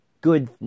good